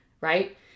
right